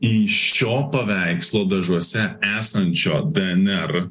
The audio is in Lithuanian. į šio paveikslo dažuose esančio dnr